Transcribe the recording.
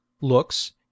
looks